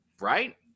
right